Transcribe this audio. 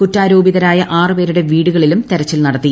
കുറ്റാരോപിതരായ ആറ് പേരുടെ വീടുകളിലും തെരച്ചിൽ നടത്തി